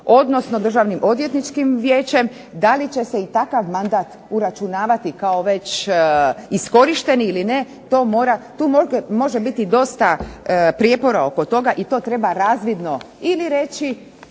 odnosno Državnim odvjetničkim vijećem, da li će se i takav mandat uračunavati kao već iskorišteni ili ne. Tu može biti dosta prijepora oko toga i to treba razvidno ili reći